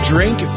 Drink